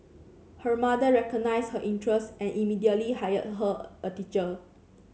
her mother recognised her interest and immediately hired her a teacher